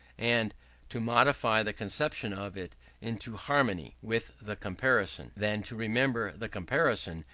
and to modify the conception of it into harmony with the comparison, than to remember the comparison,